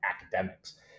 academics